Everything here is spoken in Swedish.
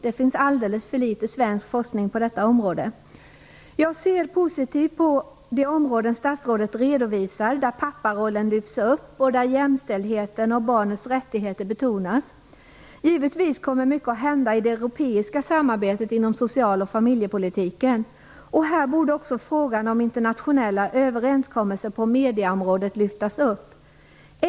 Det finns alldeles för litet svensk forskning på det området. Jag ser positivt på de områden som statsrådet redovisar där papparollen lyfts upp och där jämställdheten och barnens rättigheter betonas. Givetvis kommer mycket att hända i det europeiska samarbetet inom social och familjepolitiken. Här borde också frågan om internationella överenskommelser på medieområdet lyftas upp.